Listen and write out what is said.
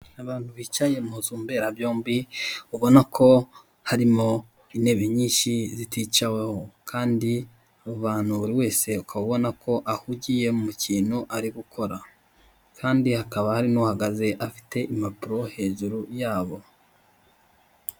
Abantu bicaye mu nzu mbera byombi ubona ko harimo intebe nyinshi ziticaweho kandi abo bantu buri wese ukaba ubona ko ahugiye mu kintu ari gukora, kandi hakaba hari n'uhagaze afite impapuro hejuru yabo.